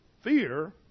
fear